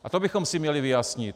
A to bychom si měli vyjasnit.